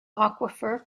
aquifer